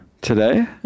Today